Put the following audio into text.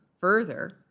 further